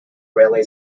railway